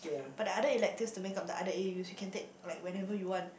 but the other electives to make-up the other A_Us you can take like whenever you want